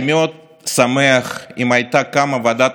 אני שומע עיתונאים שהם בעצמם יותר ויותר לוחצים,